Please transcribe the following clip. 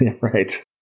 Right